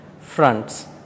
fronts